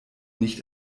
nicht